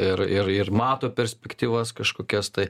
ir ir ir mato perspektyvas kažkokias tai